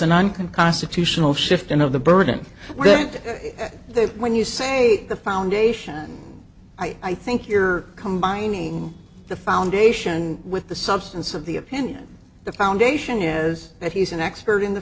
unconstitutional shift in of the burden then to the when you say the foundation i think you're combining the foundation with the substance of the opinion the foundation is that he's an expert in the